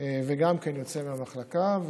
וגם יוצא מהמחלקה.